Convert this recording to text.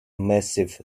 massive